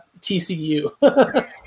TCU